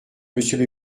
monsieur